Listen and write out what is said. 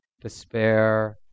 despair